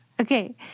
okay